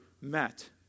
met